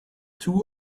two